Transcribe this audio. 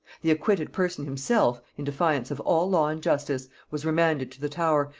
the acquitted person himself, in defiance of all law and justice, was remanded to the tower,